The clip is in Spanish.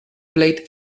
plate